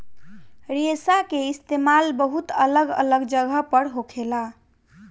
रेशा के इस्तेमाल बहुत अलग अलग जगह पर होखेला